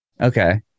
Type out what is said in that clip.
Okay